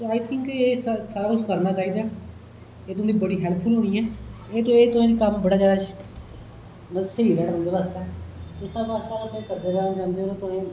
आई तिकं ऐ सारा कुछ करना चाहिदा एह् तुंदी बड़ी एह् तुसें कम्म बड़ा ज्यादा मतलब स्हेई ऐ तुंदे आस्तै इस स्हाबे करदे जाना चाहंदे ओ ना तुस